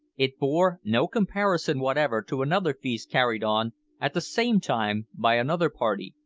it bore no comparison whatever to another feast carried on at the same time by another party,